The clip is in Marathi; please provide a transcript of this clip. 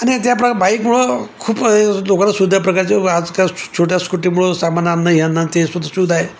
आणि त्या प्र बाईकमुळं खूप लोकांना सुद्धा प्रकारचे आजकाल छोट्या स्कूटीमुळं सामान आणणं हे आणणं ते सुद्ध सुद्धा आहे